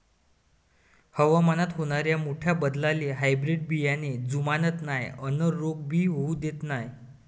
हवामानात होनाऱ्या मोठ्या बदलाले हायब्रीड बियाने जुमानत नाय अन रोग भी होऊ देत नाय